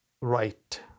right